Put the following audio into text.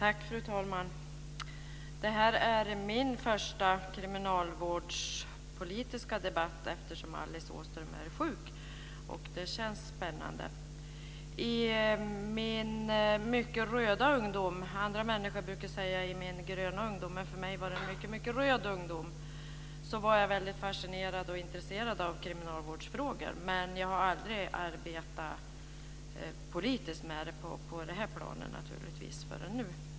Fru talman! Det här är min första kriminialvårdspolitiska debatt eftersom Alice Åström är sjuk. Det känns spännande. I min mycket röda ungdom - andra människor brukar tala om sin gröna ungdom, men för mig var det en mycket röd ungdom - var jag väldigt fascinerad och intresserad av kriminalvårdsfrågor, men jag har naturligtvis aldrig arbetat politiskt med det på det här planet förrän nu.